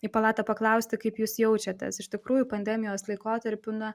į palatą paklausti kaip jūs jaučiatės iš tikrųjų pandemijos laikotarpiu na